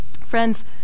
Friends